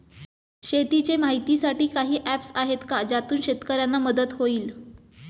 शेतीचे माहितीसाठी काही ऍप्स आहेत का ज्यातून शेतकऱ्यांना मदत होईल?